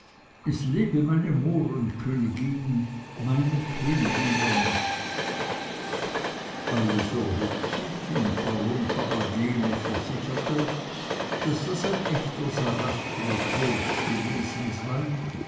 es lebe meine mohrenkönigin meine königin der nacht alles erhob sich und baron papageno versicherte daß das ein echter sarastro toast gewesen sei